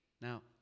Now